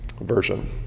version